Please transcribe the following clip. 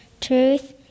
truth